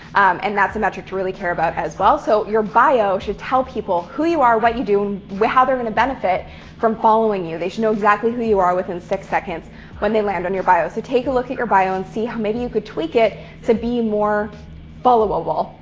and that's a metric to really care about as well. so your bio should tell people who you are, what you do and how they're going to benefit from following you. they should know exactly who you are within six seconds when they land on your bio. so take a look at your bio and see how maybe you could tweak it to be more followable.